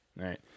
Right